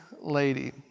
lady